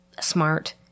smart